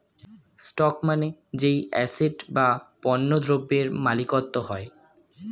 stock মানে যেই asset বা পণ্য দ্রব্যের মালিকত্ব হয়